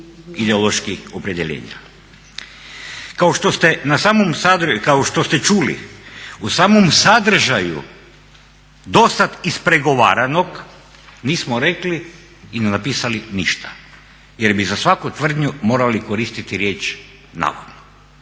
Kao što ste na samom, kao što ste čuli u samom sadržaju do sad ispregovaranog nismo rekli i napisali ništa, jer bi za svaku tvrdnju morali koristiti riječ navodno.